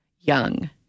young